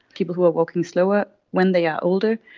people who are walking slower when they are older,